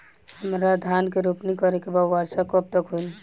हमरा धान के रोपनी करे के बा वर्षा कब तक होई?